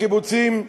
קיבוצים,